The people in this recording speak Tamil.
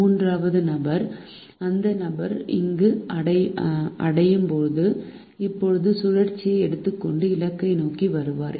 மூன்றாவது நபருக்கு அந்த நபர் அங்கு அடையும் போது இப்போது சுழற்சியை எடுத்துக்கொண்டு இலக்கை நோக்கி வருவார்